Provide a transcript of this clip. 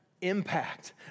impact